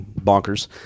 bonkers